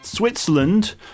Switzerland